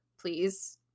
please